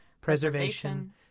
preservation